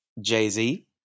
Jay-Z